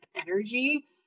energy